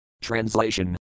Translation